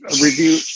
review